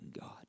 God